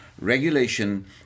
regulation